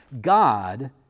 God